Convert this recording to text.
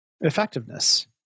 effectiveness